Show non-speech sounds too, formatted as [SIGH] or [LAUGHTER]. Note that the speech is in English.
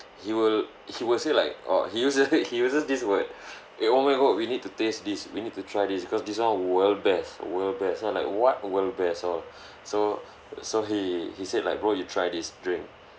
he will he will say like orh he uses [LAUGHS] he uses this word eh oh my god we need to taste this we need to try this because this one world best world best so I like what world best all so so he he said like bro you try this drink